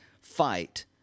fight